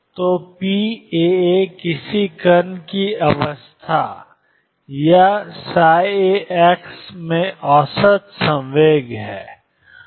तो pαα किसी कण की अवस्था या में औसत संवेग है